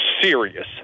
serious